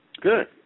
Good